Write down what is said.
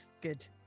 Good